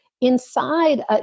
inside